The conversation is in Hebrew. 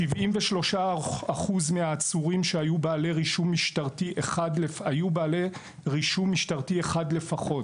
כ-73% מהעצורים היו בעלי רישום משטרתי אחד לפחות.